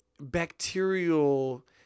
bacterial